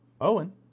Owen